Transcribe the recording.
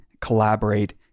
collaborate